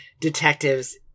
detectives